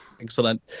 Excellent